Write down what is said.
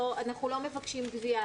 אנחנו לא מבקשים גבייה,